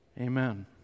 Amen